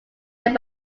led